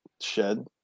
shed